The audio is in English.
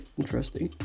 interesting